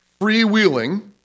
freewheeling